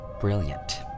brilliant